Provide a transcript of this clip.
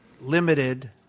limited